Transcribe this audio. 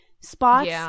spots